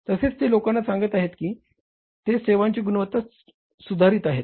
तसेच ते लोकांना सांगत आहेत की ते सेवांची गुणवत्ता सुधारित आहेत